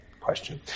question